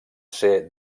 ser